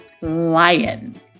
Lion